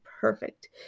perfect